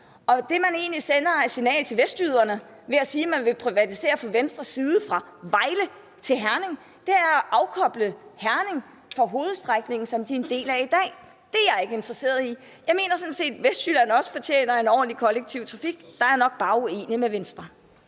Det, man egentlig sender et signal til vestjyderne om, når man fra Venstres side siger, at man vil privatisere fra Vejle til Herning, er, at man afkobler Herning fra hovedstrækningen, som de er en del af i dag. Det er jeg ikke interesseret i. Jeg mener, at Vestjylland sådan set også fortjener en ordentlig kollektiv trafik. Der er jeg nok bare uenig med Venstre.